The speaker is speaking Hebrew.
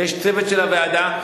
יש צוות של הוועדה.